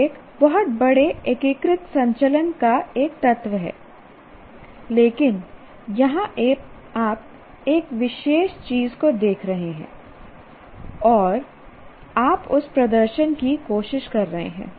प्रत्येक बहुत बड़े एकीकृत संचलन का एक तत्व है लेकिन यहां आप एक विशेष चीज को देख रहे हैं और आप उस प्रदर्शन की कोशिश कर रहे हैं